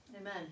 Amen